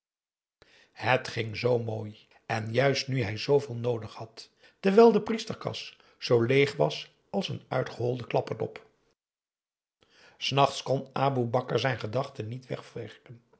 het ging zoo mooi en juist nu hij zooveel noodig had terwijl de priesterkas zoo leeg was als een uitgeholde klapperdop s nachts kon aboe bakar zijn gedachten niet wegwerken